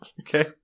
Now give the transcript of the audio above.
Okay